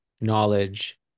knowledge